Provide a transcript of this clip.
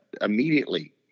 immediately